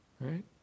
Right